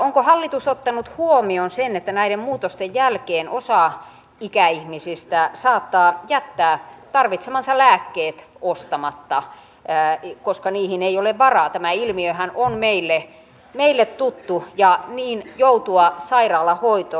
onko hallitus ottanut huomioon sen että näiden muutosten jälkeen osa ikäihmisistä saattaa jättää tarvitsemansa lääkkeet ostamatta koska niihin ei ole varaa tämä ilmiöhän on meille tuttu ja niin joutua sairaalahoitoon